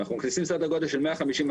אנחנו מכניסים סדר גודל של מאה חמישים,